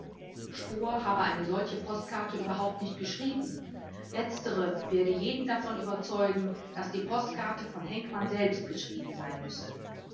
spohr habe eine solche postkarte überhaupt nicht geschrieben letztere werde jeden davon überzeugen daß die postkarte von henkmann selbst geschrieben sein müsse